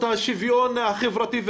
תרבות במדינת ישראל היו ילדי הפריפריה,